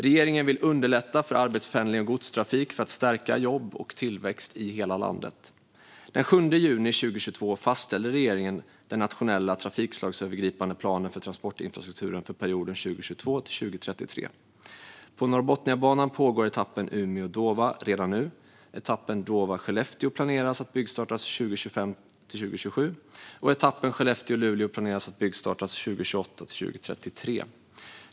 Regeringen vill underlätta för arbetspendling och godstrafik för att stärka jobb och tillväxt i hela landet. Den 7 juni 2022 fastställde regeringen den nationella trafikslagsövergripande planen för transportinfrastrukturen för perioden 2022-2033. På Norrbotniabanan pågår etappen Umeå-Dåva redan nu. Etappen Dåva-Skellefteå planeras att byggstartas 2025-2027, och etappen Skellefteå-Luleå planeras att byggstartas 2028-2033.